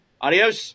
Adios